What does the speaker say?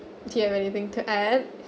do you have anything to add